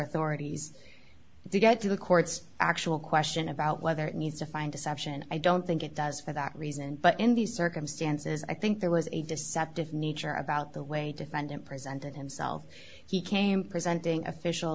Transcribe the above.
authorities to get to the courts actual question about whether it needs to find deception i don't think it does for that reason but in these circumstances i think there was a deceptive nature about the way defendant presented himself he came presenting official